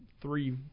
three